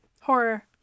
Horror